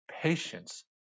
patience